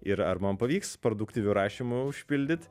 ir ar man pavyks produktyviu rašymu užpildyt